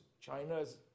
China's